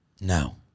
No